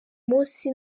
munsi